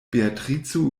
beatrico